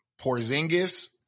Porzingis